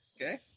Okay